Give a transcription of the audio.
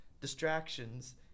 distractions